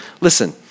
listen